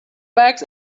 bags